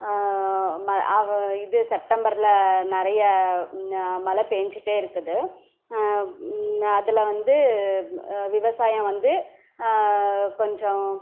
இது செப்டம்பரில் நிறைய மழை பேஞ்சுட்டே இருக்குது அதில் வந்து விவசாயம் வந்து கொஞ்சம்